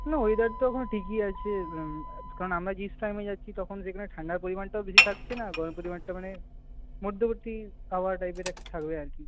না ওয়েদার তো এখন ঠিকই আছে কারণ আমরা টাইমে যাচ্ছি তখন দেখবেন ঠান্ডার পরিমাণটাও বেশি থাকছে না গরম পরিমাণটা মানে মধ্যবর্তী আবহাওয়া টাইপের একটা থাকবে আর কি